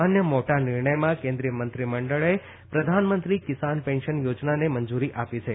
અન્ય મોટા નિર્ણયમાં કેન્દ્રીય મંત્રી મંડળે પ્રધાનમંત્રી કિસાન પેન્શન યોજનાને મંજુરી આપી છે